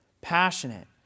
passionate